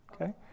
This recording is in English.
okay